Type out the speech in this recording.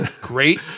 Great